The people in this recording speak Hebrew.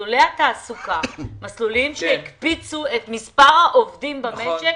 מסלולי התעסוקה הם מסלולים שהקפיצו את מספר העובדים במשק